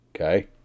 Okay